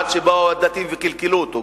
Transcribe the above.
עד שבאו הדתיים וקלקלו אותו,